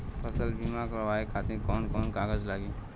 फसल बीमा करावे खातिर कवन कवन कागज लगी?